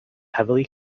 heavily